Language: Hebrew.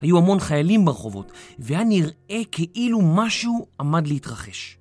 היו המון חיילים ברחובות, והיה נראה כאילו משהו עמד להתרחש.